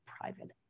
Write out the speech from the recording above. private